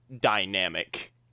dynamic